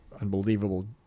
unbelievable